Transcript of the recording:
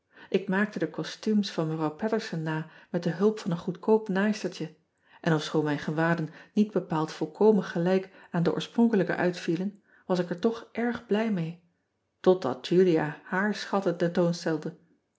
k maakte de costumes van evrouw aterson na met de hulp van een goedkoop naaistertje en ofschoon mijn gewaden niet bepaald volkomen gelijk aan de oorspronkelijke uitvielen was ik er toch erg blij mee totdat ulia haar schatten tentoonstelde